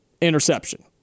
interception